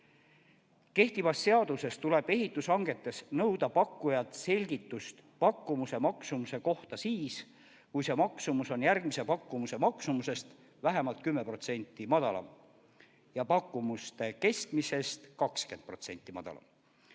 Kehtivas seaduses tuleb ehitushangetes nõuda pakkujalt selgitust pakkumuse maksumuse kohta siis, kui see maksumus on järgmise pakkumuse maksumusest vähemalt 10% madalam ja pakkumuste keskmisest 20% madalam.